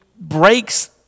breaks